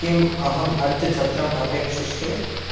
किम् अहम् अद्य छत्रम् अपेक्षिष्ये